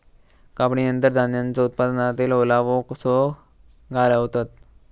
कापणीनंतर धान्यांचो उत्पादनातील ओलावो कसो घालवतत?